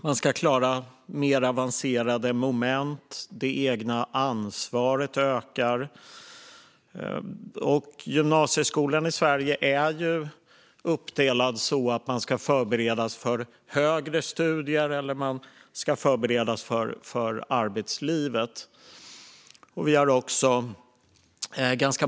Man ska klara mer avancerade moment, och det egna ansvaret ökar. Gymnasieskolan i Sverige är uppdelad så att man ska förberedas för högre studier eller förberedas för arbetslivet.